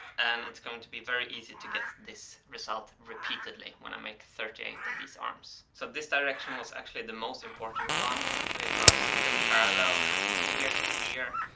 and it's going to be very easy to get this result repeatedly when i make thirty eight of these arms. so this direction was actually the most important one, because the parallelity, from here to here,